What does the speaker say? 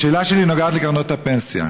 השאלה שלי נוגעת לקרנות הפנסיה,